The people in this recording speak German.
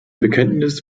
bekenntnis